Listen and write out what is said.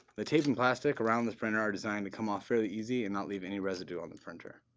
the tape and plastic around the printer are designed to come off fairly easily and not leave any residue on the printer.